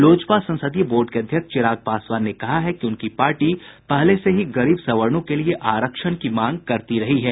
लोजपा संसदीय बोर्ड के अध्यक्ष चिराग पासवान ने कहा है कि उनकी पार्टी पहले से ही गरीब सवर्णों के लिए आरक्षण की मांग करती रही है